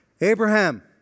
Abraham